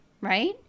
right